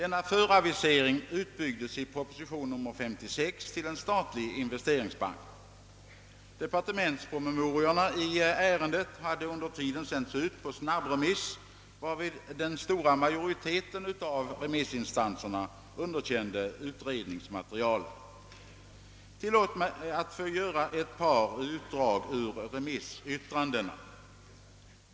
Denna föravisering utbyggdes i proposition nr 56 till förslag om en statlig investeringsbank. Departementspromemoriorna i ärendet hade under tiden sänts ut på snabbremiss, varvid den stora majoriteten av remissinstanserna underkände utredningsmaterialet. Tillåt mig göra ett par utdrag ur remissyttrandena!